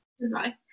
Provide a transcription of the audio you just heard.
Goodbye